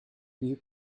you